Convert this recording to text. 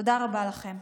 תודה רבה לכם.